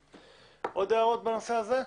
עוד הערות בנושא הזה?